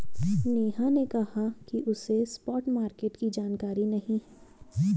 नेहा ने कहा कि उसे स्पॉट मार्केट की जानकारी नहीं है